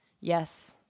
Yes